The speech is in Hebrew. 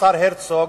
השר הרצוג,